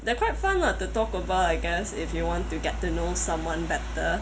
they're quite fun lah to talk about I guess if you want to get to know someone better